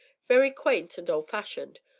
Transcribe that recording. very quaint and old-fashioned,